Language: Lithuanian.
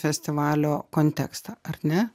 festivalio kontekstą ar ne